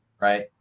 right